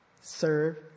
Serve